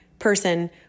person